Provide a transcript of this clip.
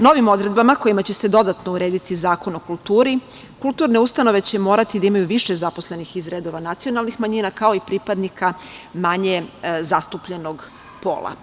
Novim odredbama kojima će se dodatno urediti Zakon o kulturi kulturne ustanove će morati da imaju više zaposlenih iz redova nacionalnih manjina kao i pripadnika manje zastupljenog pola.